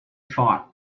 thought